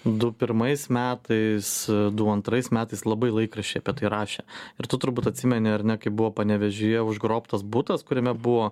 du pirmais metais du antrais metais labai laikraščiai apie tai rašė ir tu turbūt atsimeni ar ne kaip buvo panevėžyje užgrobtas butas kuriame buvo